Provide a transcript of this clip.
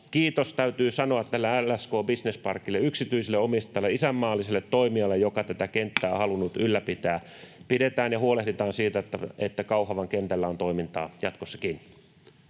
kiitos täytyy sanoa tälle LSK Business Parkille, yksityiselle omistajalle, isänmaalliselle toimijalle, joka tätä kenttää on halunnut ylläpitää. Huolehditaan siitä, että Kauhavan kentällä on toimintaa jatkossakin.